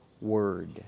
word